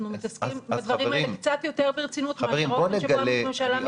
אנחנו מתעסקים בדברים האלה קצת יותר ברצינות מאשר ראש הממשלה מתעסק בהם.